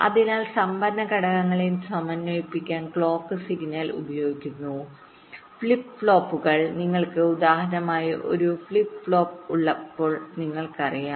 അതിനാൽ സംഭരണ ഘടകങ്ങളെ സമന്വയിപ്പിക്കാൻ ക്ലോക്ക് സിഗ്നൽ ഉപയോഗിക്കുന്നു ഫ്ലിപ്പ് ഫ്ലോപ്പുകൾ നിങ്ങൾക്ക് ഉദാഹരണമായി ഒരു ഫ്ലിപ്പ് ഫ്ലോപ്പ് ഉള്ളപ്പോൾ നിങ്ങൾക്കറിയാം